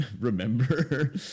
remember